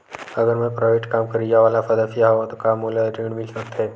अगर मैं प्राइवेट काम करइया वाला सदस्य हावव का मोला ऋण मिल सकथे?